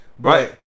Right